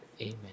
amen